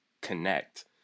connect